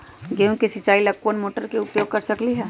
गेंहू के सिचाई ला हम कोंन मोटर के उपयोग कर सकली ह?